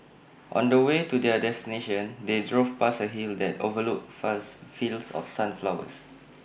on the way to their destination they drove past A hill that overlooked vast fields of sunflowers